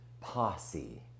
posse